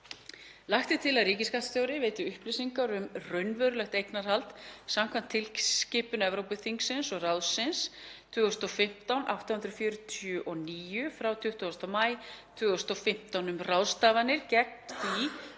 Lagt er til að ríkisskattstjóri veiti upplýsingar um raunverulegt eignarhald samkvæmt tilskipun Evrópuþingsins og ráðsins (ESB) 2015/849 frá 20. maí 2015 um ráðstafanir gegn því